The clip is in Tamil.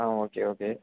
ah okay okay